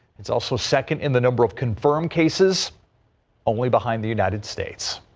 it's also second in the number of confirmed cases only behind the united states.